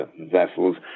vessels